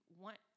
want